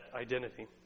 identity